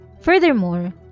Furthermore